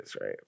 right